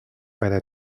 para